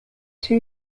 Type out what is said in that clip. two